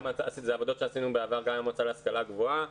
גם עבודות שעשינו בעבר גם עם המועצה להשכלה גבוהה.